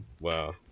Wow